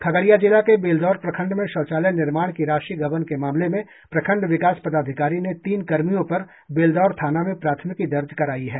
खगड़िया जिला के बेलदौर प्रखंड में शौचालय निर्माण की राशि गबन के मामले में प्रखंड विकास पदाधिकारी ने तीन कर्मियों पर बेलदौर थांना में प्राथमिकी दर्ज कराई है